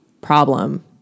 problem